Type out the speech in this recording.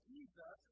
Jesus